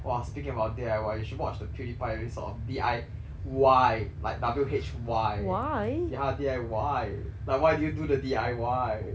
!wah! speaking about D_I_Y you should watch the pewdiepie sort of D_I why like W_H_Y ya D_I_Y like why do you do the D_I_Y